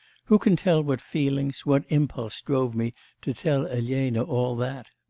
who can tell what feelings, what impulse drove me to tell elena all that?